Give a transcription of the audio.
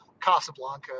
Casablanca